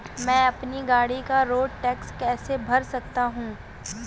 मैं अपनी गाड़ी का रोड टैक्स कैसे भर सकता हूँ?